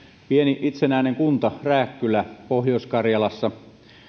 pieni itsenäinen kunta rääkkylä pohjois karjalassa